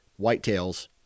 whitetails